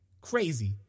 Crazy